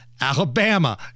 Alabama